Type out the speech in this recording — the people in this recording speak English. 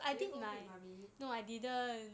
did you go meet mummy